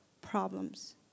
problems